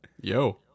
yo